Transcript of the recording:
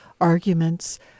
arguments